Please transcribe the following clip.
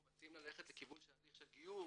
אנחנו מציעים ללכת לכיוון של הליך גיור,